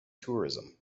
tourism